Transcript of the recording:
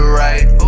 right